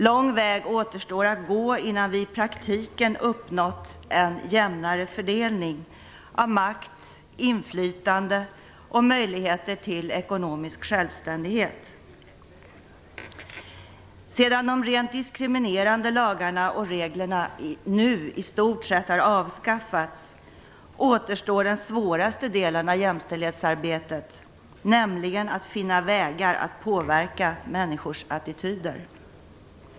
Lång väg återstår att gå innan vi i praktiken har uppnått en jämnare fördelning av makt, inflytande och möjligheter till ekonomisk självständighet. Nu när de rent diskriminerande lagarna och reglerna i stort sett har avskaffats återstår den svåraste delen av jämställdhetsarbetet, nämligen att finna vägar att påverka människors attityder.